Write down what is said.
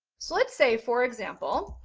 so let's say for example,